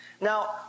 Now